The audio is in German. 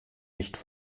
nicht